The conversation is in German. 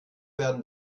werden